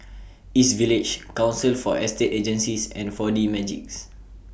East Village Council For Estate Agencies and four D Magix